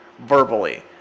verbally